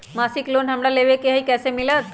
मासिक लोन हमरा लेवे के हई कैसे मिलत?